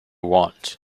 want